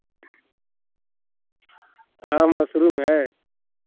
हाँ मशरूम है